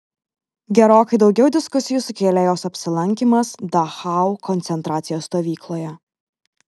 gerokai daugiau diskusijų sukėlė jos apsilankymas dachau koncentracijos stovykloje